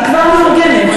היא כבר מאורגנת.